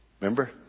Remember